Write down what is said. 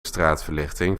straatverlichting